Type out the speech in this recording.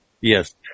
yes